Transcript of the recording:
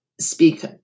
speak